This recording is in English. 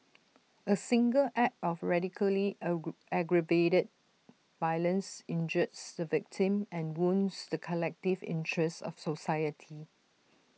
A single act of racially aggravated violence injures the victim and wounds the collective interests of society